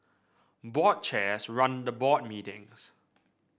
board chairs run the board meetings